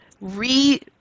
re